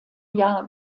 jahr